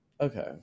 Okay